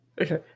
Okay